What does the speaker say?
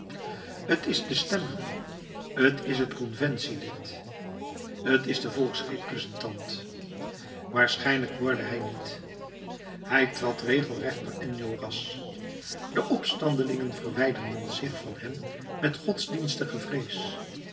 t is de stemmer t is het conventielid t is de volksrepresentant waarschijnlijk hoorde hij niet hij trad regelrecht naar enjolras de opstandelingen verwijderden zich van hem met godsdienstige vrees